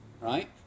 right